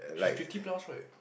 she's fifty plus right